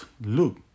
look